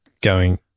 going-